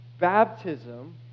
Baptism